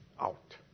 out